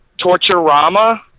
Torturama